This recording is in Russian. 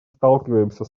сталкиваемся